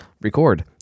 record